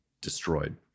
destroyed